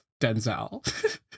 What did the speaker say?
Denzel